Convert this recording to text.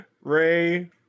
ray